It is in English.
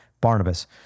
Barnabas